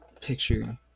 picture